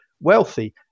wealthy